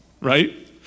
right